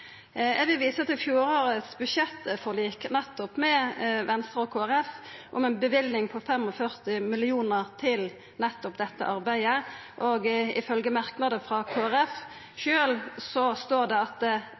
Eg vil visa til fjorårets budsjettforlik med Venstre og Kristeleg Folkeparti om ei løyving på 45 mill. kr til nettopp dette arbeidet. Ifølgje merknader frå Kristeleg Folkeparti sjølv står det at